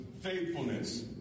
faithfulness